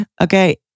okay